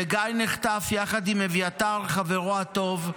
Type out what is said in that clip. וגיא נחטף יחד עם אביתר חברו הטוב.